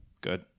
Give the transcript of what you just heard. Good